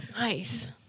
Nice